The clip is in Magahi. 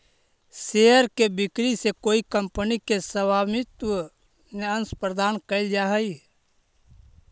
शेयर के बिक्री से कोई कंपनी के स्वामित्व में अंश प्रदान कैल जा हइ